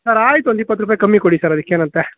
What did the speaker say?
sir ಆಯಿತು ಒಂದಿಪ್ಪತ್ತು ರೂಪಾಯಿ ಕಮ್ಮಿ ಕೊಡಿ ಸರ್ ಅದಕ್ಕೇನಂತೆ